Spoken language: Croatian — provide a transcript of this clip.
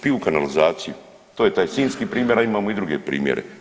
Piju kanalizaciju, to je taj sinjski primjer, a imamo i druge primjere.